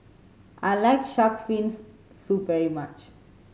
I like shark fins soup very much